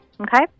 okay